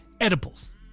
edibles